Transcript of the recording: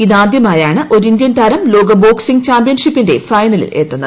ഇത് ആദ്യമായാണ് ഒരു ഇന്ത്യൻതാരം ലോക ബോക്സിംഗ് ചാമ്പ്യൻഷിപ്പിന്റെ ഫൈനലിൽ എത്തുന്നത്